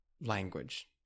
language